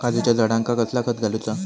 काजूच्या झाडांका कसला खत घालूचा?